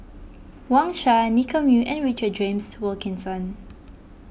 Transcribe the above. Wang Sha Nicky Moey and Richard James Wilkinson